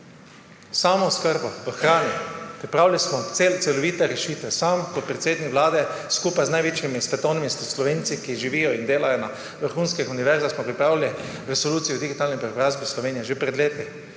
Samooskrba s hrano − pripravili smo celovite rešitve; sam podpredsednik vlade skupaj z največjimi svetovnimi Slovenci, ki živijo in delajo na vrhunskih univerzah, smo pripravili Resolucijo o digitalni preobrazbi Slovenije že pred leti.